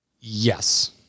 Yes